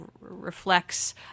reflects